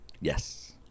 Yes